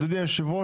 אדוני יושב הראש,